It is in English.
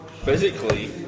Physically